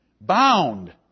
Bound